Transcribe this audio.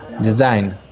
design